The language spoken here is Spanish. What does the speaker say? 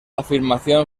afirmación